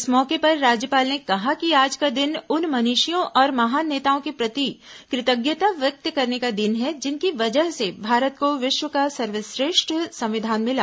इस मौके पर राज्यपाल ने कहा कि आज का दिन उन मनीषियों और महान नेताओं के प्रति कृतज्ञता व्यक्त करने का दिन है जिनकी वजह से भारत को विश्व का सर्वश्रेष्ठ संविधान मिला